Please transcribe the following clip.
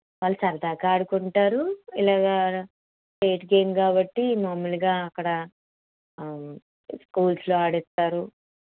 వాళ్ళు సరదాగా ఆడుకుంటారు ఇలాగా స్టేట్ గేమ్ కాబట్టి మామూలుగా అక్కడ స్కూల్స్లో ఆడిస్తారు